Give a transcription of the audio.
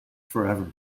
forever